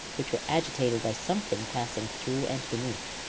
which were agitated by something passing through and beneath,